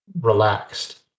relaxed